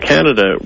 Canada